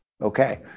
okay